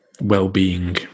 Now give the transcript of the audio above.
well-being